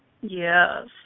Yes